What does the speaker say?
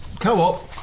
co-op